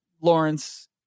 Lawrence